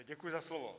Děkuji za slovo.